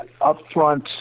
upfront